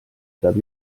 peab